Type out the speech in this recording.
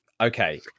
okay